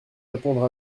répondre